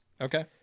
Okay